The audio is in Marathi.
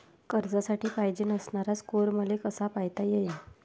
कर्जासाठी पायजेन असणारा स्कोर मले कसा पायता येईन?